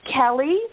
Kelly